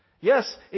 Yes